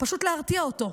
פשוט להרתיע אותו,